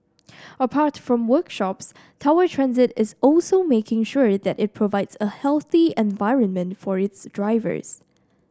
apart from workshops Tower Transit is also making sure that it provides a healthy environment for its drivers